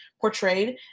portrayed